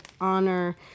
honor